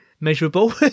Measurable